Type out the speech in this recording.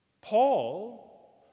Paul